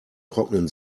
trocknen